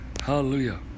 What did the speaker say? Hallelujah